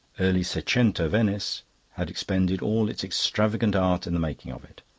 early seicento venice had expended all its extravagant art in the making of it.